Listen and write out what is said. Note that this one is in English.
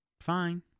Fine